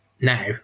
now